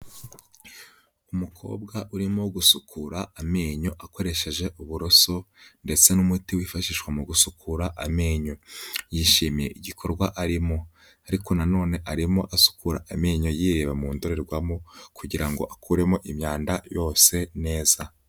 Umukobwa urimo gusukura amenyo akoresheje uburoso ndetse n'umuti wifashishwa mu gusukura amenyo. Yishimiye igikorwa arimo. Ariko nanone arimo asukura amenyo yireba mu ndorerwamo kugira ngo akuremo imyanda yose neza.